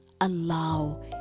allow